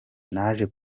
naje